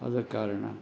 ಆದ ಕಾರಣ